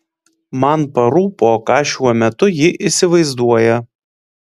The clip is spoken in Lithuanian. man parūpo ką šiuo metu ji įsivaizduoja